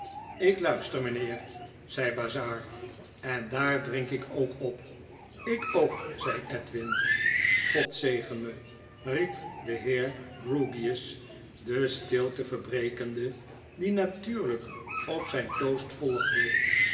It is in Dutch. ik luister mynheer zei bazzard endaar drink ik ook op ik ook zei edwin god zegen mel riep de heer grewgious de stilte verbrekende die natuurlyk op zyn toast volgde